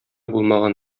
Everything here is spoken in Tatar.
булмаган